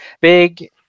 big